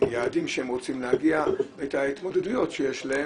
היעדים שהם רוצים להגיע ואת ההתמודדויות שיש להם,